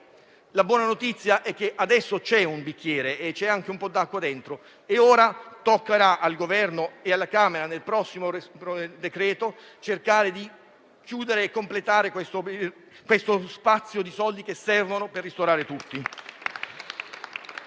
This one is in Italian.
La buona notizia è che adesso c'è un bicchiere e c'è anche un po' d'acqua dentro. Ora toccherà al Governo e alla Camera, nel prossimo decreto-legge, cercare di chiudere e completare questo ammontare di risorse che serviranno a ristorare tutti.